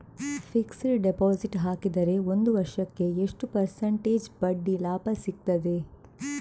Fixed deposit ಹಾಕಿದರೆ ಒಂದು ವರ್ಷಕ್ಕೆ ಎಷ್ಟು ಪರ್ಸೆಂಟೇಜ್ ಬಡ್ಡಿ ಲಾಭ ಸಿಕ್ತದೆ?